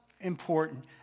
important